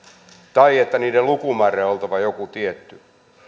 tai että niiden lukumäärän on oltava joku tietty